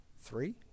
Three